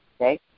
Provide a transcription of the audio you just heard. Okay